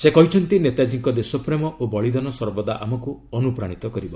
ସେ କହିଛନ୍ତି ନେତାଜୀଙ୍କ ଦେଶପ୍ରେମ ଓ ବଳିଦାନ ସର୍ବଦା ଆମକୁ ଅନୁପ୍ରାଣିତ କରିବ